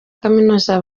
kaminuza